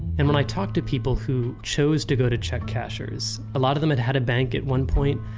and when i talk to people who chose to go to check cashers, a lot of them had had a bank at one point,